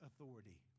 authority